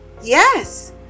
yes